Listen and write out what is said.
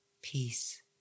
Peace